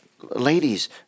Ladies